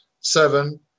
Seven